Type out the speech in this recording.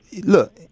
look